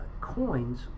Coins